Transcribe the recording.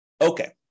Okay